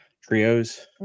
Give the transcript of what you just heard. trios